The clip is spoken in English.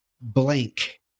blank